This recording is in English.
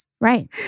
Right